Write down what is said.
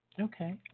okay